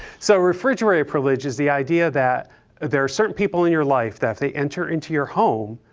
so refrigerator privilege is the idea that there are certain people in your life that if they enter into your home,